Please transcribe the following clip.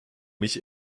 mich